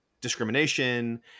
discrimination